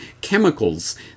chemicals